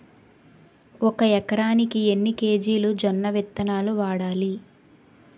ఒక ఎకరానికి ఎన్ని కేజీలు జొన్నవిత్తనాలు వాడాలి?